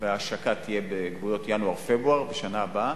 וההשקה יהיו בגבולות ינואר-פברואר בשנה הבאה,